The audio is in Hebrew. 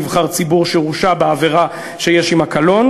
נבחר ציבור שהורשע בעבירה שיש עמה קלון),